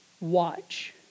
Watch